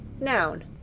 noun